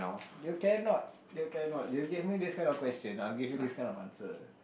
you cannot you cannot you give me this kind of question I will give you this kind of answer